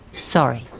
sorry.